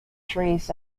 trees